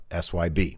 SYB